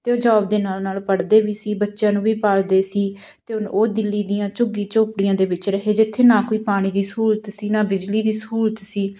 ਅਤੇ ਉਹ ਜੋਬ ਦੇ ਨਾਲ ਨਾਲ ਪੜ੍ਹਦੇ ਵੀ ਸੀ ਬੱਚਿਆਂ ਨੂੰ ਵੀ ਪਾਲਦੇ ਸੀ ਅਤੇ ਹੁਣ ਉਹ ਦਿੱਲੀ ਦੀਆਂ ਝੁੱਗੀ ਝੋਂਪੜੀਆਂ ਦੇ ਵਿੱਚ ਰਹੇ ਜਿੱਥੇ ਨਾ ਕੋਈ ਪਾਣੀ ਦੀ ਸਹੂਲਤ ਸੀ ਨਾ ਬਿਜਲੀ ਦੀ ਸਹੂਲਤ ਸੀ